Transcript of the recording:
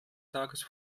tages